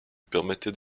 permettait